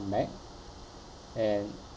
back and